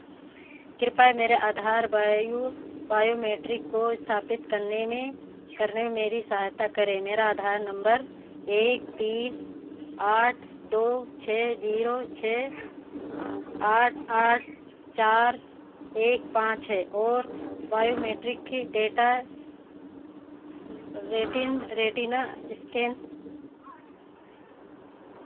कृपया मेरे आधार बायू बायोमैट्रिक को स्थापित करने में करने में मेरी सहायता करें मेरा आधार नम्बर एक तीन आठ दो छः जीरो छः आठ आठ चार एक पाँच है और बायोमैट्रिक की डेटा रेटिन रेटिना स्कैन